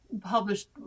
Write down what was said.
published